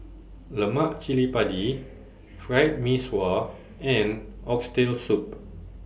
Lemak Cili Padi Fried Mee Sua and Oxtail Soup